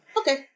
Okay